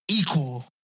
equal